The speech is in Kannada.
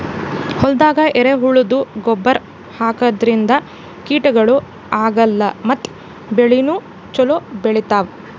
ಹೊಲ್ದಾಗ ಎರೆಹುಳದ್ದು ಗೊಬ್ಬರ್ ಹಾಕದ್ರಿನ್ದ ಕೀಟಗಳು ಆಗಲ್ಲ ಮತ್ತ್ ಬೆಳಿನೂ ಛಲೋ ಬೆಳಿತಾವ್